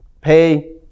Pay